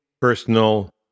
personal